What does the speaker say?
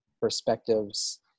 perspectives